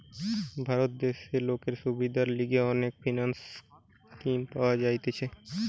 ভারত দেশে লোকের সুবিধার লিগে অনেক ফিন্যান্স স্কিম পাওয়া যাইতেছে